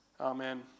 Amen